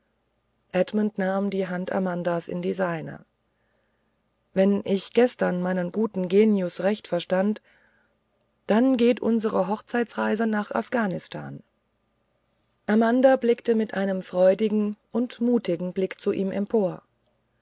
edmund nahm die hand amandas in die seine wenn ich gestern meinen guten genius recht verstand dann geht unsre hochzeitsreise nach afghanistan amanda blickte mit einem freudigen und mutigen blick zu ihm empor